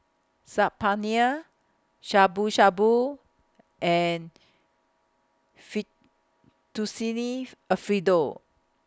Saag Paneer Shabu Shabu and Fettuccine Alfredo